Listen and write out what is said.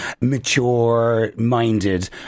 mature-minded